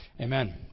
Amen